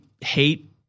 hate